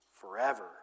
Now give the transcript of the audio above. forever